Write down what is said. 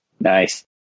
Nice